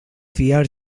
fiar